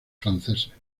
franceses